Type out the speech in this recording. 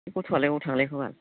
बे गथ'आलाय अबाव थांलियखो बाल